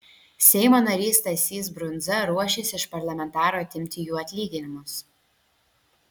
seimo narys stasys brundza ruošiasi iš parlamentarų atimti jų atlyginimus